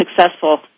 successful